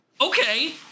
okay